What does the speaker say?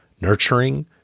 nurturing